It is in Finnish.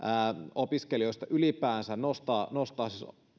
opiskelijoista ylipäänsä nostaa nostaa